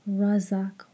razak